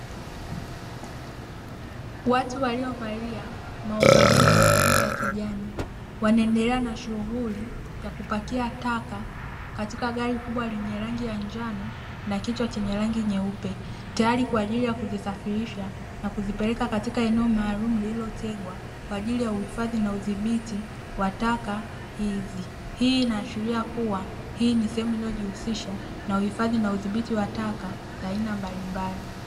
Watu waliyovalia maovaroli yenye rangi ya kijani, wanaendelea na shughuli ya kupakia taka katika gari kubwa lenye rangi ya njano na kichwa chenye rangi nyeupe, tayari kwa ajili ya kuzisafirisha na kuzipeleka katika eneo maalumu lililotengewa kwa ajili ya uhifadhi na udhibiti wa taka hizi. Hii inaashiria kuwa, hii ni sehemu inayojihusisha na uhifadhi na udhibiti wa taka za aina mbalimbali.